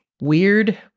Weird